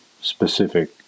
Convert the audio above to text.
specific